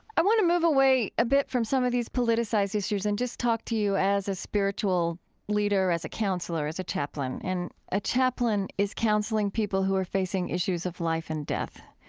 i want to move away a bit from some of these politicized issues and just talk to you as a spiritual leader, as a counselor, as a chaplain. and a chaplain is counseling people who are facing issues of life and death.